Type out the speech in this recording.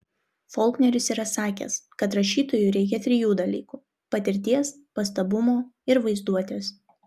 folkneris yra sakęs kad rašytojui reikia trijų dalykų patirties pastabumo ir vaizduotės